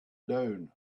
down